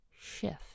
shift